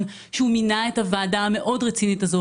שהוא מינה את הוועדה המאוד רצינית הזו,